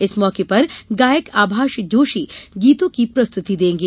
इस मौके पर गायक आभास जोशी गीतों की प्रस्तुति देंगे